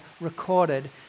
recorded